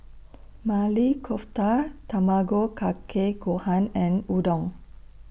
Maili Kofta Tamago Kake Gohan and Udon